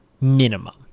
Minimum